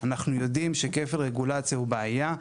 אנחנו יודעים שכפל רגולציה הוא בעיה.